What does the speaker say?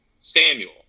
Samuel